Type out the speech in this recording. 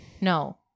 No